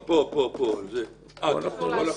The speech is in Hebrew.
עבירת פשע.